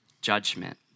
judgment